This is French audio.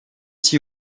six